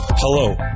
Hello